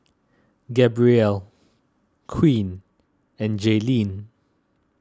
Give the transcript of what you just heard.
Gabrielle Queen and Jayleen